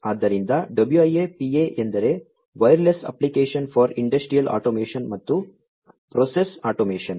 ಆದ್ದರಿಂದ WIA PA ಎಂದರೆ wireless applications for industry automation ಮತ್ತು ಪ್ರೊಸೆಸ್ ಆಟೊಮೇಷನ್